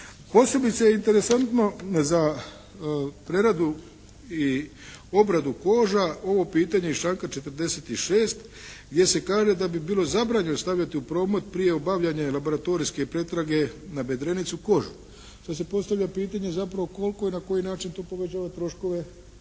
Posebice je interesantno za preradu i obradu koža ovo pitanje iz članka 46. gdje se kaže da bi bilo zabranjeno stavljati u promet prije obavljanja laboratorijske pretrage na bredrenicu kožu. Sada se postavlja pitanje zapravo koliko i na koji način to povećava troškove